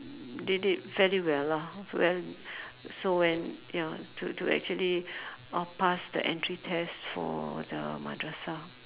they did very well lah well so when ya to to actually uh pass the entry test for the madrasah